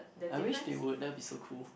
I wish they would that would be so cool